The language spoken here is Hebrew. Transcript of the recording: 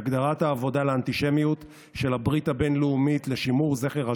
את הגדרת העבודה לאנטישמיות של הברית הבין-לאומית לשימור זכר השואה,